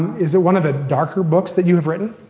is it one of the darker books that you've written?